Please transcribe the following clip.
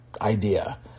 idea